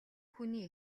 хүний